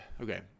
okay